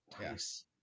Yes